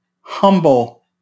humble